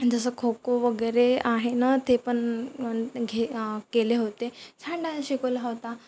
जसं खो खो वगैरे आहे ना ते पण घे केले होते छान डान्स शिकवला होता